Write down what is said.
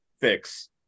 fix